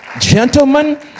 Gentlemen